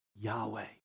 Yahweh